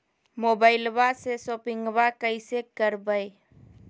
मोबाइलबा से शोपिंग्बा कैसे करबै?